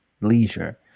leisure